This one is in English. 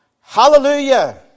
Hallelujah